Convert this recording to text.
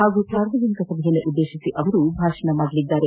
ಹಾಗೂ ಸಾರ್ವಜನಿಕ ಸಭೆಯನ್ನು ಉದ್ದೇಶಿಸಿ ಅವರು ಭಾಷಣ ಮಾಡಲಿದ್ದಾರೆ